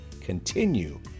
continue